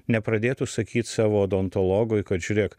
nepradėtų sakyt savo odontologui kad žiūrėk